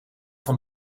van